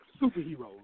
superheroes